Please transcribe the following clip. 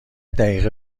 دقیقه